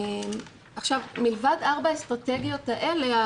מלבד ארבעת האסטרטגיות האלה,